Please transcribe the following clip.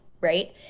Right